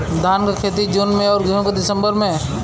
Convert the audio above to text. धान क खेती जून में अउर गेहूँ क दिसंबर में?